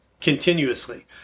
continuously